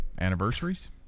anniversaries